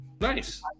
Nice